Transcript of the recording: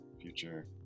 future